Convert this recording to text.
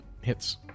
hits